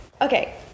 Okay